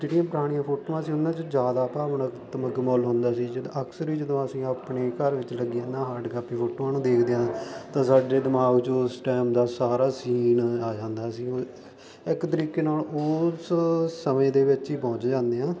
ਜਿਹੜੀਆਂ ਪੁਰਾਣੀਆਂ ਫੋਟੋਆਂ ਸੀ ਉਹਨਾਂ 'ਚ ਜ਼ਿਆਦਾ ਭਾਵਨਾਤਮਕ ਮੁੱਲ ਹੁੰਦਾ ਸੀ ਜਦ ਅਕਸਰ ਹੀ ਜਦੋਂ ਅਸੀਂ ਆਪਣੇ ਘਰ ਵਿੱਚ ਲੱਗੀ ਨਾ ਹਾਰਡ ਕਾਪੀ ਫੋਟੋ ਨੂੰ ਦੇਖਦੇ ਹਾਂ ਤਾਂ ਸਾਡੇ ਦਿਮਾਗ 'ਚੋਂ ਉਸ ਟਾਈਮ ਦਾ ਸਾਰਾ ਸੀਨ ਆ ਜਾਂਦਾ ਸੀ ਇੱਕ ਤਰੀਕੇ ਨਾਲ ਉਸ ਸਮੇਂ ਦੇ ਵਿੱਚ ਹੀ ਪਹੁੰਚ ਜਾਂਦੇ ਆ